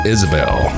Isabel